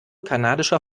kanadischer